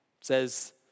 says